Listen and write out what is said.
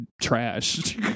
trash